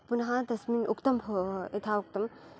पुनः तस्मिन् उक्तं भो यथा उक्तं